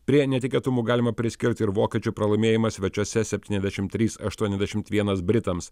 prie netikėtumų galima priskirti ir vokiečių pralaimėjimą svečiuose septyniasdešim trys aštuoniasdešimt vienas britams